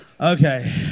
okay